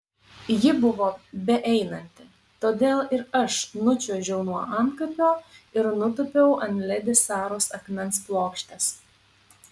ji buvo beeinanti todėl ir aš nučiuožiau nuo antkapio ir nutūpiau ant ledi saros akmens plokštės